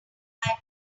care